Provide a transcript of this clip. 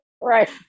Right